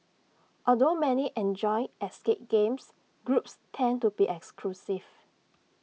although many enjoy escape games groups tend to be exclusive